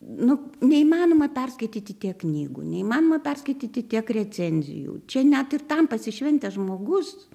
nu neįmanoma perskaityti tiek knygų neįmanoma perskaityti tiek recenzijų čia net ir tam pasišventęs žmogus